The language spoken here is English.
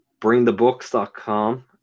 bringthebooks.com